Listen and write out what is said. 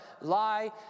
lie